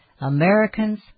Americans